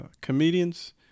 comedians